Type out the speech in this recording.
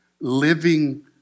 living